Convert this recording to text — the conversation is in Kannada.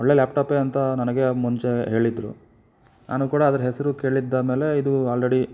ಒಳ್ಳೆಯ ಲ್ಯಾಪ್ಟಾಪೇ ಅಂತ ನನಗೆ ಮುಂಚೆ ಹೇಳಿದ್ದರು ನಾನು ಕೂಡ ಅದ್ರ ಹೆಸರು ಕೇಳಿದ ಮೇಲೆ ಇದು ಆಲ್ರೆಡಿ